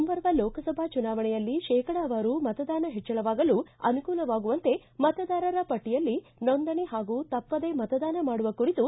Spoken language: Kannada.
ಮುಂಬರುವ ಲೋಕಸಭಾ ಚುನಾವಣೆಯಲ್ಲಿ ಶೇಕಡಾವಾರು ಮತದಾನ ಹೆಚ್ಚಳವಾಗಲು ಅನುಕೂಲವಾಗುವಂತೆ ಮತದಾರರ ಪಟ್ಟಿಯಲ್ಲಿ ನೊಂದಣಿ ಹಾಗೂ ತಪ್ಪದೇ ಮತದಾನ ಮಾಡುವ ಕುರಿತು